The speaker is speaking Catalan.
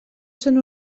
són